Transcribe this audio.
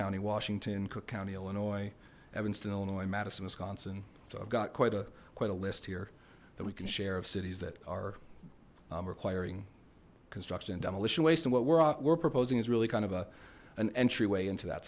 county washington cook county illinois evanston illinois madison wisconsin so i've got quite a quite a list here that we can share of cities that are requiring construction and demolition waste and what we're proposing is really kind of a an entryway into that